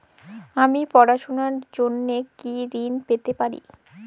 আমি পড়াশুনার জন্য কি ঋন পেতে পারি?